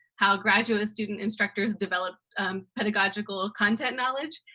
how graduate student instructors develop pedagogical content knowledge,